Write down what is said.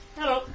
Hello